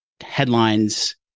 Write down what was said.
headlines